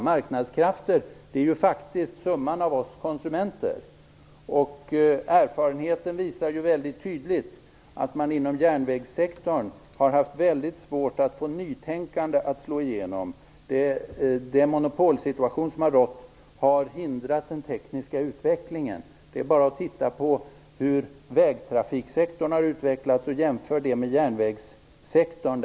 Marknadskrafterna är ju faktiskt summan av oss konsumenter. Erfarenheten visar mycket tydligt att man har haft väldigt svårt att få nytänkande att slå igenom inom järnvägssektorn. Den monopolsituation som har rått har hindrat den tekniska utvecklingen. Man kan titta på hur vägtrafiksektorn har utvecklats och jämföra det med järnvägssektorn.